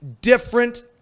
different